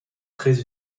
très